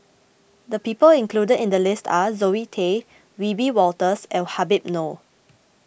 the people included in the list are Zoe Tay Wiebe Wolters and Habib Noh